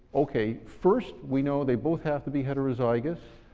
okay, first we know they both have to be heterozygous.